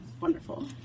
Wonderful